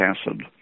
acid